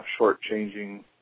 shortchanging